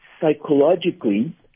psychologically